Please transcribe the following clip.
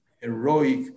heroic